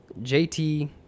JT